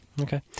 okay